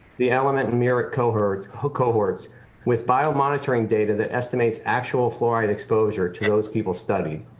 the element and mirrored cohorts cohorts with biomonitoring data that estimates actual fluoride exposure to those people studied.